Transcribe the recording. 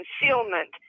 concealment